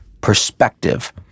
perspective